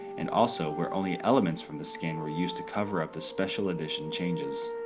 and also where only elements from the scan were used to cover up the special edition changes.